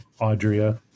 Audrea